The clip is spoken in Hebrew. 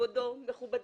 כבודו ומכובדי,